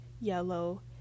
yellow